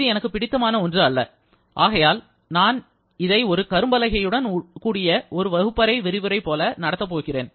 இது எனக்கு பிடித்தமான ஒன்று அல்ல ஆகையால் நான் இதை ஒரு கரும்பலகையுடன் ஒரு வகுப்பறை விரிவுரை போல நடத்தப் போகிறேன்